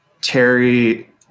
Terry